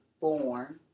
born